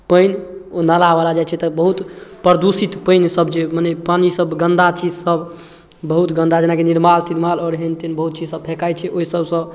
पानि नालावला जाए छै तऽ बहुत प्रदूषित पानिसब जे मने पानीसब गन्दा चीजसब बहुत गन्दा जेनाकि निरमाल तिरमाल आओर हेन टेन बहुत चीजसब फेँकाइत छै ओहि सबसँ